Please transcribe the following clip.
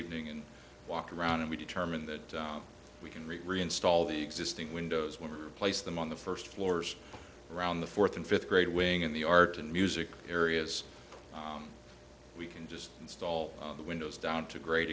evening and walk around and we determine that we can reinstall the existing windows will replace them on the first floors around the fourth and fifth grade wing in the art and music areas we can just install the windows down to gr